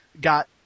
got